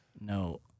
no